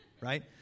right